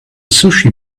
sushi